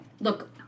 look